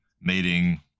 mating